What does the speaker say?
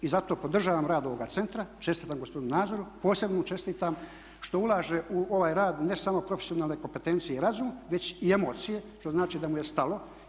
I zato podržavam rad ovoga centra, čestitam gospodinu Nazoru, posebno mu čestitam što ulaže u ovaj rad ne samo profesionalne kompetencije i razum već i emocije što znači da mu je stalo.